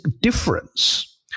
difference